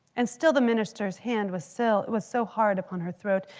and still the minister's hand was still, it was so hard upon her throat,